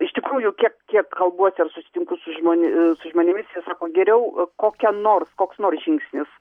iš tikrųjų kiek kiek kalbuosi ar susitinku su žmon su žmonėmis jie sako geriau kokia nors koks nors žingsnis